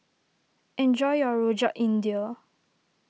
enjoy your Rojak India